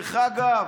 דרך אגב,